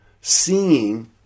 seeing